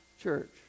church